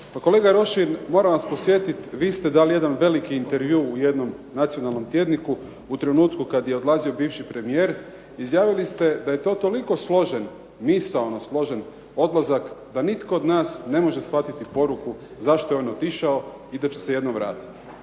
kolega Rošin moram vas podsjetiti vi ste dali jedan veliki intervju u jednom nacionalnom tjedniku, u trenutku kad je odlazio bivši premijer. Izjavili ste da je to toliko složen, misaono složen odlazak da nitko od nas ne može shvatiti poruku zašto je on otišao i da će se jednom vratiti.